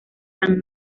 tan